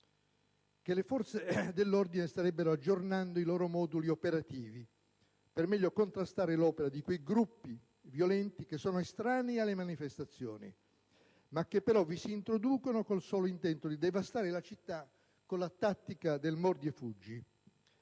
che le forze dell'ordine starebbero aggiornando i loro moduli operativi per meglio contrastare l'opera di quei gruppi violenti che sono estranei alle manifestazioni, ma che però vi si introducono con il solo intento di devastare la città con la tattica del mordi e fuggi.